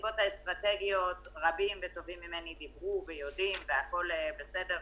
הסיבות האסטרטגיות רבים וטובים ממני דיברו ויודעים והכול בסדר,